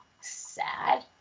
sad